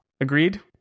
Agreed